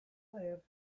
live